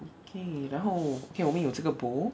okay 然后 okay 我们有这个 B O